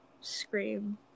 scream